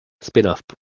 spin-off